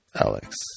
Alex